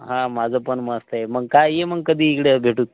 हां माझं पण मस्त आहे मग काय ये मग कधी इकडं भेटू